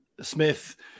Smith